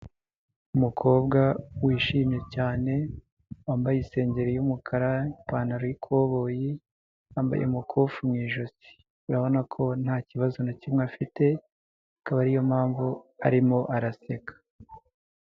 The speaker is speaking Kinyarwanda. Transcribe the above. Umukobwa wishimye cyane wambaye isengeri y'umukara n'ipantaro y'ikoboyi yambaye umukufi mu ijositi ,urabona ko nta kibazo na kimwe afite akaba ariyo mpamvu arimo araseka.